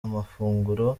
amafunguro